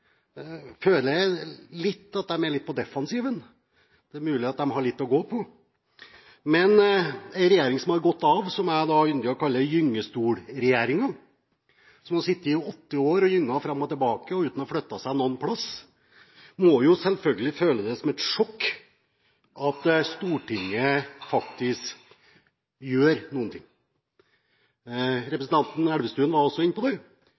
føler at de er litt på defensiven. Det er mulig at de har litt å gå på, men en regjering som har gått av – som jeg ynder å kalle gyngestolregjeringen – som har sittet i åtte år og gynget fram og tilbake uten å flytte seg noen plass, må selvfølgelig føle det som et sjokk at Stortinget faktisk gjør noe. Representanten Elvestuen var også inne på det.